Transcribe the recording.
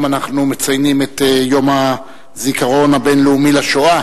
אנחנו מציינים את יום הזיכרון הבין-לאומי לשואה?